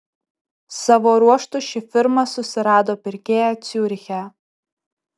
savo ruožtu ši firma susirado pirkėją ciuriche